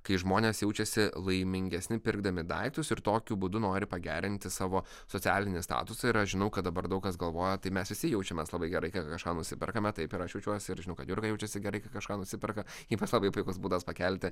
kai žmonės jaučiasi laimingesni pirkdami daiktus ir tokiu būdu nori pagerinti savo socialinį statusą ir aš žinau kad dabar daug kas galvoja tai mes visi jaučiamės labai gerai kad kažką nusiperkame taip ir aš jaučiuosi ir žinau kad jurga jaučiasi gerai kai kažką nusiperka ypač labai puikus būdas pakelti